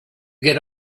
get